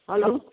hello